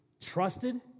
trusted